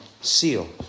seal